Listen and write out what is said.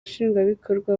nshingwabikorwa